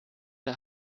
der